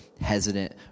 hesitant